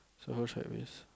so much at risk